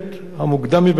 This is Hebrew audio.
המוקדם מביניהם,